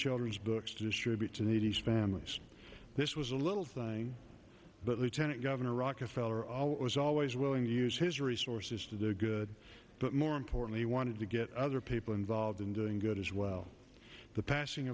children's books to distribute to needy families this was a little thing but lieutenant governor rockefeller always always willing to use his resources to the good but more important he wanted to get other people involved in doing good as well the passing